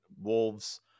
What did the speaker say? wolves